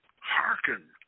Hearken